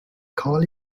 call